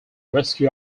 rescue